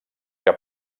que